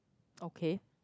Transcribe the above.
okay